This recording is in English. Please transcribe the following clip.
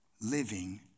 living